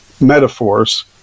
metaphors